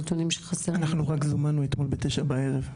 אנחנו רק זומנו אתמול בתשע בערב.